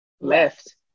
left